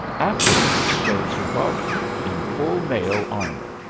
after him strode sir godfrey in full mail armour,